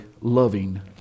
loving